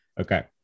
Okay